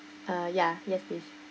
uh ya yes please